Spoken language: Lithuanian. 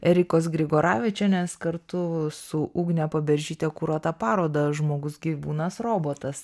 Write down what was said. erikos grigoravičienės kartu su ugne paberžyte kuruotą paroda žmogus gyvūnas robotas